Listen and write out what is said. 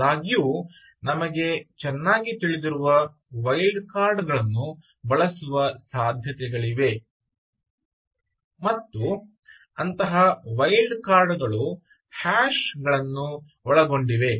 ಆದಾಗ್ಯೂ ನಮಗೆ ಚೆನ್ನಾಗಿ ತಿಳಿದಿರುವ ವೈಲ್ಡ್ ಕಾರ್ಡ್ಗಳನ್ನು ಬಳಸುವ ಸಾಧ್ಯತೆಗಳಿವೆ ಮತ್ತು ಅಂತಹ ವೈಲ್ಡ್ಕಾರ್ಡ್ ಗಳು ಹ್ಯಾಶ್ ಅನ್ನು ಒಳಗೊಂಡಿವೆ